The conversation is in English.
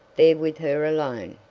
there with her alone!